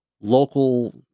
local